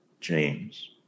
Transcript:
James